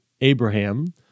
Abraham